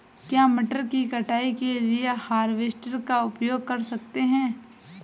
क्या मटर की कटाई के लिए हार्वेस्टर का उपयोग कर सकते हैं?